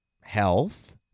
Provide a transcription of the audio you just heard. health